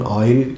oil